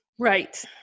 Right